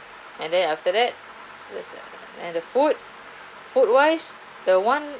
and then after that and the food food wise the one